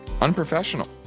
unprofessional